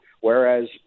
Whereas